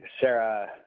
Sarah